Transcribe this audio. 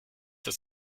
das